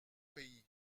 pays